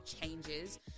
changes